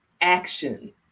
action